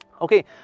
Okay